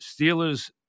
Steelers